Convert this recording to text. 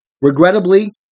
Regrettably